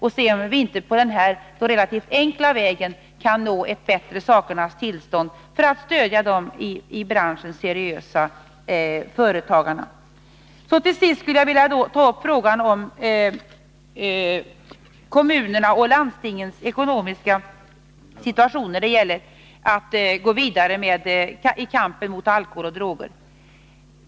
Kanske vi på denna relativt enkla väg kan nå ett bättre sakernas tillstånd och därmed stödja de seriösa företagarna i branschen. Till sist vill jag ta upp frågan om kommunernas och landstingens ekonomiska situation när det gäller att gå vidare i kampen mot alkohol och droger.